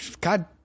god